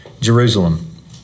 Jerusalem